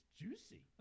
juicy